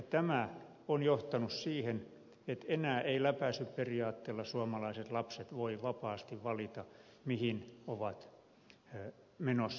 tämä on johtanut siihen että enää eivät läpäisyperiaatteella suomalaiset lapset voi vapaasti valita mihin ovat menossa